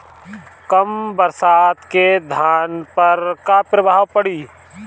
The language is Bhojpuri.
कम बरसात के धान पर का प्रभाव पड़ी?